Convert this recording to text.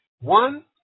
One